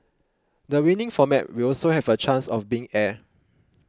the winning format will also have a chance of being aired